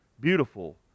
beautiful